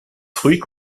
fruits